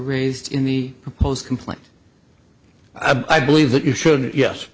raised in the post complaint i believe that you shouldn't yes